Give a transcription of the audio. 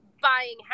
buying